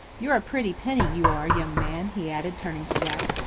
you're a pretty penny, you are, young man, he added, turning to jack.